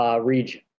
region